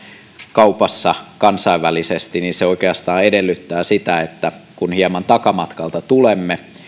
kaupassa kansainvälisesti niin se oikeastaan edellyttää sitä että kun hieman takamatkalta tulemme